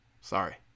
Sorry